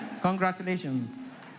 Congratulations